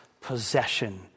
possession